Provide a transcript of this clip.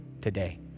today